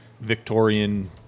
Victorian